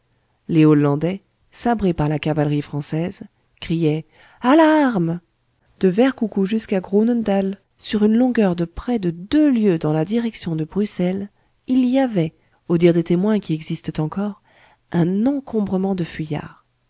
les hollandais sabrés par la cavalerie française criaient alarme de vert coucou jusqu'à groenendael sur une longueur de près de deux lieues dans la direction de bruxelles il y avait au dire des témoins qui existent encore un encombrement de